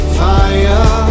fire